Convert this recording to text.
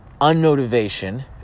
Unmotivation